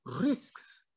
risks